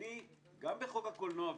אני גם בחוק הקולנוע,